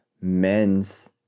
Men's